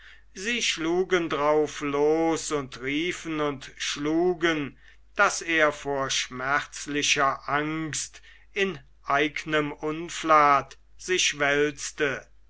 sie schlugen drauflos und riefen und schlugen daß er vor schmerzlicher angst im eignem unflat sich wälzte